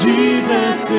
Jesus